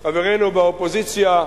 חברינו באופוזיציה,